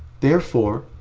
therefore,